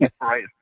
Right